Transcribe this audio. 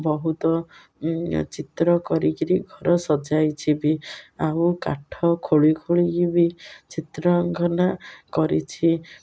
ବହୁତ ଚିତ୍ର କରିକିରି ଘର ସଜାଇଛ ବି ଆଉ କାଠ ଖୋଳି ଖୋଳିକି ବି ଚିତ୍ର ଅଙ୍କନ କରିଛି